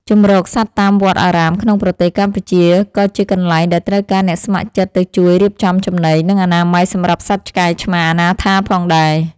ជម្រកសត្វតាមវត្តអារាមក្នុងប្រទេសកម្ពុជា ក៏ជាកន្លែងដែលត្រូវការអ្នកស្ម័គ្រចិត្តទៅជួយរៀបចំចំណី និងអនាម័យសម្រាប់សត្វឆ្កែឆ្មាអនាថាផងដែរ។